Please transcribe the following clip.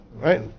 Right